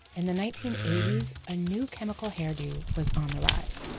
in the nineteen eighty s a new chemical hairdo was on the rise